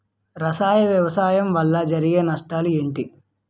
రసాయన వ్యవసాయం వల్ల జరిగే నష్టాలు ఏంటి?